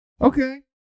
Okay